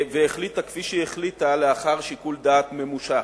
והחליטה כפי שהיא החליטה לאחר שיקול דעת ממושך.